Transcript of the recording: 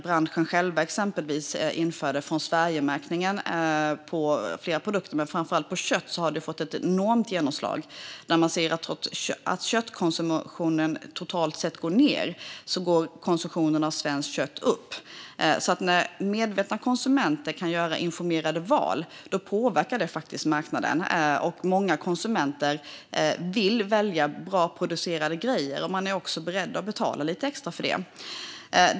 Branschen själv införde Sverigemärkning på flera produkter. Framför allt när det gäller kött har det fått ett enormt genomslag. När man ser att köttkonsumtionen totalt sett går ned ser man att konsumtionen av svenskt kött går upp. När medvetna konsumenter kan göra informerade val påverkar det faktiskt marknaden, och många konsumenter vill välja bra producerade grejer. De är också beredda att betala lite extra för det.